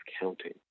counting